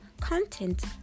content